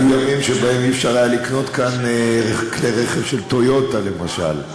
היו ימים שבהם אי-אפשר היה לקנות כאן כלי רכב של "טויוטה" למשל.